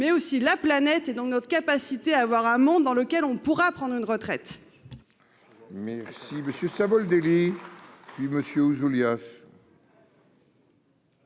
mais aussi la planète et, donc, notre capacité à avoir un monde dans lequel on pourra prendre demain une retraite